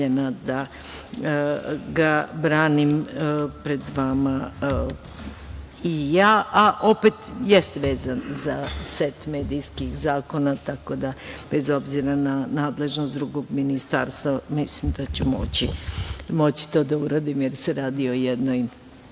da ga branim pred vama i ja, a opet jeste vezan za set medijskih zakona, tako da bez obzira na nadležnost drugog ministarstva, mislim da ću moći to da uradim, jer se radi o jednoj